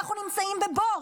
אנחנו נמצאים בבור.